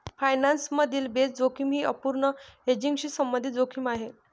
finance मधील base जोखीम ही अपूर्ण हेजिंगशी संबंधित जोखीम आहे